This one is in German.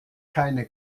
keine